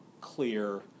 clear